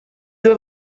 due